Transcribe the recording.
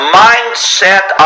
mindset